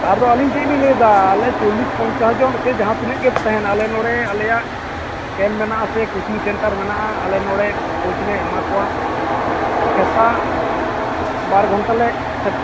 ᱟᱫᱚ ᱟᱹᱞᱤᱧ ᱪᱮᱫ ᱞᱤᱧ ᱞᱟᱹᱭᱮᱫᱟ ᱟᱞᱮ ᱪᱚᱞᱞᱤᱥ ᱯᱚᱸᱧᱪᱟᱥ ᱡᱚᱱ ᱥᱮ ᱡᱟᱦᱟᱸ ᱛᱤᱱᱟᱹᱜ ᱜᱮᱯᱮ ᱛᱟᱦᱮᱱ ᱟᱞᱮ ᱱᱚᱰᱮ ᱟᱞᱮᱭᱟᱜ ᱠᱮᱢᱯ ᱢᱮᱱᱟᱜ ᱟᱥᱮ ᱠᱳᱪᱤᱝ ᱥᱮᱱᱴᱟᱨ ᱢᱮᱱᱟᱜᱼᱟ ᱟᱞᱮ ᱱᱚᱰᱮ ᱠᱳᱡ ᱞᱮ ᱮᱢᱟ ᱠᱚᱣᱟ ᱥᱮᱛᱟᱜ ᱵᱟᱨ ᱜᱷᱚᱱᱴᱟ ᱞᱮ